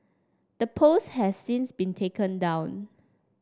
the post has since been taken down